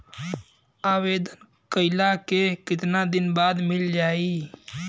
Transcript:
आवेदन कइला के कितना दिन बाद मिल जाई?